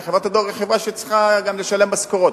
כי חברת הדואר היא חברה שצריכה גם לשלם משכורות,